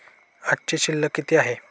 आजची शिल्लक किती आहे?